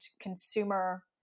consumer